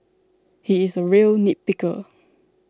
he is a real nitpicker